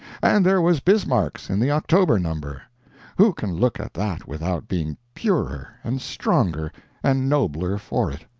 and there was bismarck's, in the october number who can look at that without being purer and stronger and nobler for it?